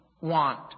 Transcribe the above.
want